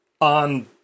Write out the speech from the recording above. on